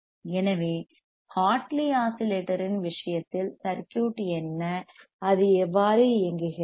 எனவே ஹார்ட்லி ஆஸிலேட்டரின் விஷயத்தில் சர்க்யூட் என்ன அது எவ்வாறு இயங்குகிறது